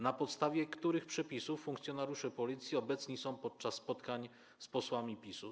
Na podstawie których przepisów funkcjonariusze Policji są obecni podczas spotkań z posłami PiS?